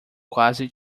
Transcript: quase